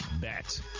bet